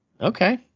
Okay